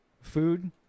food